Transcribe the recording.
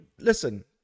listen